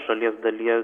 šalies dalyje